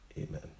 Amen